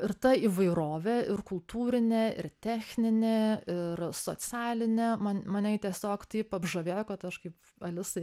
ir ta įvairovė ir kultūrinė ir techninė ir socialinė man mane ji tiesiog taip apžavėjo kad aš kaip alisai